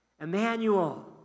Emmanuel